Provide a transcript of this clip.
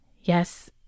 Yes